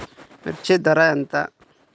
మిర్చి ధర ఎంత?